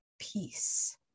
peace